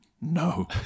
No